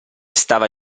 stava